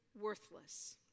worthless